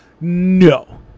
No